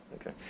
Okay